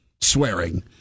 swearing